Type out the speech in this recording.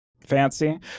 Fancy